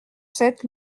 sept